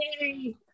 Yay